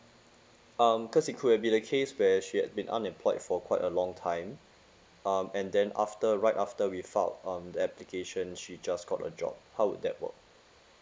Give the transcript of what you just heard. um cause it could have be the case where she had been unemployed for quite a long time um and then after right after we filed um the application she just got a job how would that work